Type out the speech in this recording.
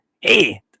hey